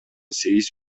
сегиз